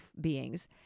beings